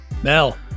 Mel